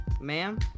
Ma'am